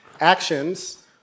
Actions